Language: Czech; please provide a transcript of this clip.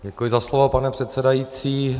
Děkuji za slovo, pane předsedající.